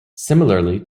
similarly